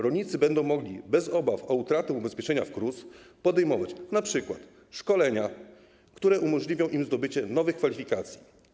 Rolnicy będą mogli bez obaw o utratę ubezpieczenia w KRUS podejmować np. szkolenia, które umożliwią im zdobycie nowych kwalifikacji.